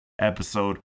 episode